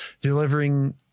delivering